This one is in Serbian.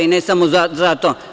I ne samo za to.